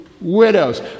widows